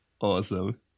Awesome